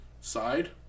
side